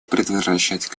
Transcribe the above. предотвращать